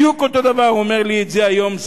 בדיוק אותו הדבר אומר לי היום.